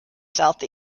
south